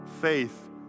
Faith